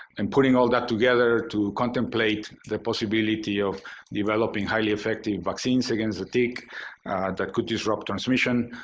and putting all that together to contemplate the possibility of developing highly effective vaccines against the tick that could disrupt transmission,